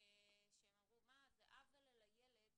שהם אמרו, זה עוול לילד